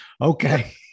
Okay